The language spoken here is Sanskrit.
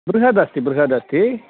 बृहदस्ति बृहदस्ति